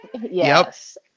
Yes